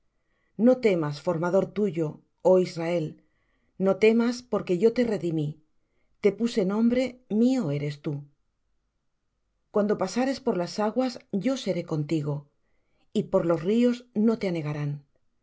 no temas formador tuyo oh israel no temas fakporque yo te redimí te puse nombre mío eres tú cuando pasares por las aguas yo seré contigo y por los ríos no te anegarán